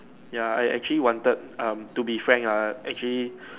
ya I actually wanted um to be frank ah actually